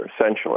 essentially